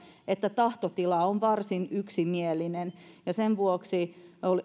että tahtotila on varsin yksimielinen sen vuoksi